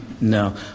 No